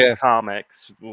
Comics